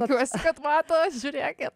tikiuosi kad mato žiūrėkit